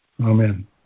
Amen